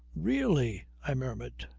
really! i murmured.